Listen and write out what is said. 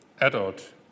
adult